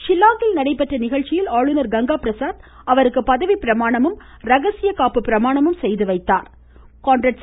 ஷில்லாங்கில் நடைபெற்ற நிகழ்ச்சியில் ஆளுநர் கங்கா பிரசாத் அவருக்கு பதவிப் பிரமாணமும் இரகசிய காப்புப் பிரமாணமும் செய்து வைத்தாா்